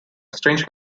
strange